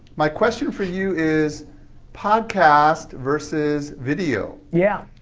my question for you is podcast versus video. yeah.